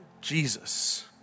Jesus